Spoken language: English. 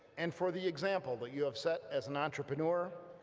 and for the example that you have set as an entrepreneur,